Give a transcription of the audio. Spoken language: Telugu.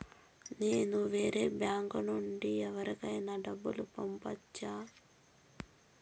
నేను వేరే బ్యాంకు నుండి ఎవరికైనా డబ్బు పంపొచ్చా?